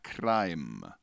Crime